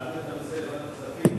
להעביר את הנושא לוועדת הכספים,